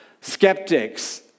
skeptics